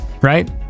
right